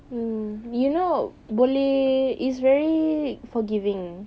mm you know boleh is very forgiving